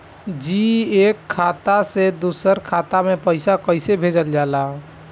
जी एक खाता से दूसर खाता में पैसा कइसे भेजल जाला?